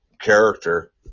character